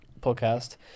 podcast